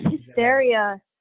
hysteria